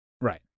Right